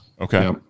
Okay